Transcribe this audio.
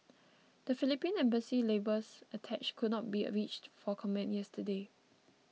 the Philippine Embassy's labours attache could not be reached for comment yesterday